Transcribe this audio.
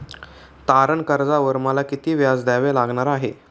तारण कर्जावर मला किती व्याज द्यावे लागणार आहे?